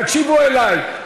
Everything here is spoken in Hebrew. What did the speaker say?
תקשיבו לי,